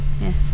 Yes